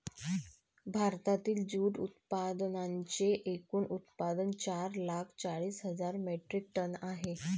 भारतातील जूट उत्पादनांचे एकूण उत्पादन चार लाख चाळीस हजार मेट्रिक टन आहे